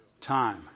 time